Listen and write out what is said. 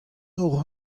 hocʼh